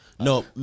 no